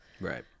Right